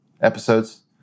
Episodes